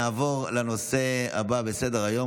נעבור לנושא הבא על סדר-היום.